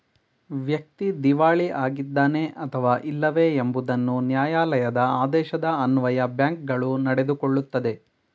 ವ್ಯಕ್ತಿ ದಿವಾಳಿ ಆಗಿದ್ದಾನೆ ಅಥವಾ ಇಲ್ಲವೇ ಎಂಬುದನ್ನು ನ್ಯಾಯಾಲಯದ ಆದೇಶದ ಅನ್ವಯ ಬ್ಯಾಂಕ್ಗಳು ನಡೆದುಕೊಳ್ಳುತ್ತದೆ